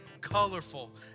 Colorful